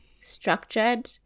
structured